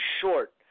short